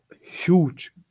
huge